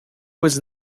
was